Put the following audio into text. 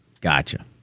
Gotcha